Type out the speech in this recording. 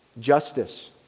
justice